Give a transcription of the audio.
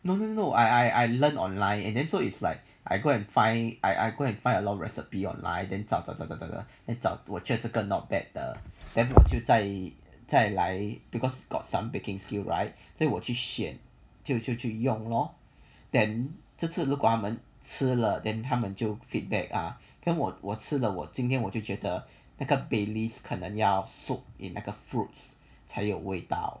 no no no I I learn online and then so it's like I go and find I I go and find a lot recipe online then 找找这个这个我就的这个 not bad 的就在再来 because got some baking skill right then 我去选就去用 lor 这次吃了 then 他们就 feedback uh 跟我我吃的我今天我就觉得那个 baileys 可能要 soak 那个 fruits 才有味道